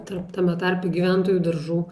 tarp tame tarpe gyventojų daržų